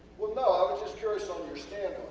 well no i was just curious on your stand